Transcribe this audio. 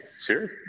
Sure